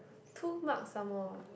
two mark some more